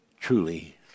truly